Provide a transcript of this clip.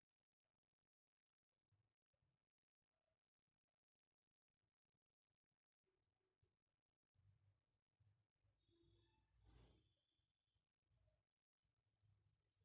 ಈ ವಾರದ ಟೊಮೆಟೊ ಬೆಲೆಯನ್ನು ನಾನು ಹೇಗೆ ತಿಳಿಯಬಹುದು?